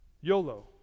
YOLO